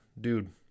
dude